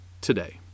today